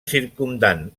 circumdant